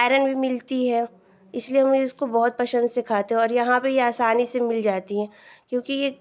iron मिलता है इसलिए मैं इसको बहुत पसन्द से खाती हूँ और यहाँ पर यह आसानी से मिल जाती है क्योंकि यह